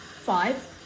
five